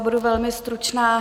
Budu velmi stručná.